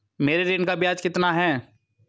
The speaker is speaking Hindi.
मेरे ऋण का ब्याज कितना है?